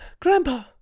Grandpa